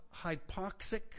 hypoxic